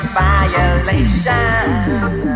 violation